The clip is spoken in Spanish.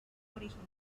original